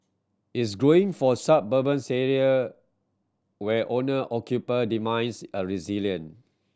is growing for suburbans area where owner occupier demands a resilient